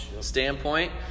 standpoint